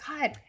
God